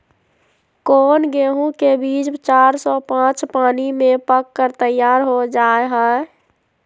कौन गेंहू के बीज चार से पाँच पानी में पक कर तैयार हो जा हाय?